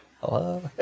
Hello